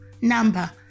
number